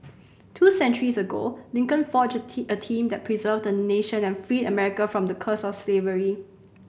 two centuries ago Lincoln forged a team that preserved a nation and freed America from the curse of slavery